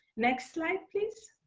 next slide, please.